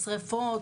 שריפות,